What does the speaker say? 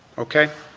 okay.